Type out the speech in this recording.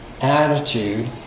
attitude